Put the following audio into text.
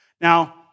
Now